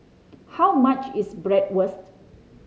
how much is Bratwurst